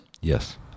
Yes